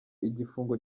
igifungo